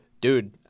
Dude